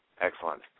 Excellent